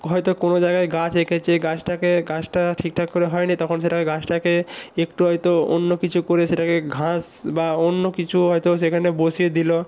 হয়তো কোনো জায়গায় গাছ এঁকেছে গাছটাকে গাছটা ঠিকঠাক করে হয় নি তখন সেটা গাছটাকে একটু হয়তো অন্য কিছু করে সেটাকে ঘাস বা অন্য কিচু হয়তো সেখানে বসিয়ে দিলো